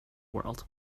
world